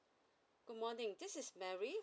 good morning this is mary